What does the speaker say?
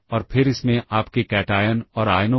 तो यह इस बिंदु पर वापस आएगा